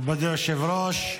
אדוני היושב-ראש,